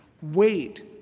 Wait